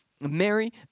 Mary